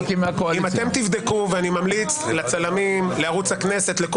מחכים שיבואו חברי הכנסת של הקואליציה.